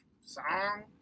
song